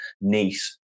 Nice